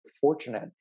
fortunate